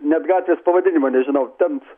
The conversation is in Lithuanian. net gatvės pavadinimo nežinau ten